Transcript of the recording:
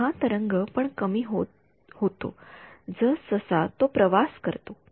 तर हा तरंग पण कमी होतो जसजसा तो प्रवास करतो